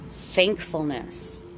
Thankfulness